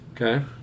Okay